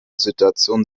situation